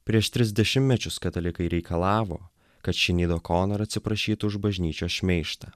prieš tris dešimtmečius katalikai reikalavo kad šinid okonor atsiprašytų už bažnyčios šmeižtą